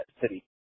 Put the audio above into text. city